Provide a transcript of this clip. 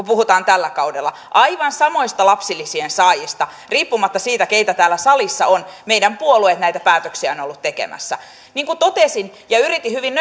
puhutaan tällä kaudella aivan samoista lapsilisien saajista riippumatta siitä keitä täällä salissa on meidän puolueemme näitä päätöksiä ovat olleet tekemässä niin kuin totesin ja yritin hyvin